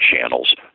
channels